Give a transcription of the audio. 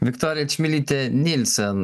viktorija čmilytė nylsen